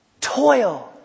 Toil